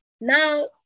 Now